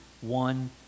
one